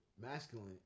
masculine